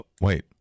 wait